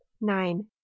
nine